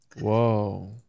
Whoa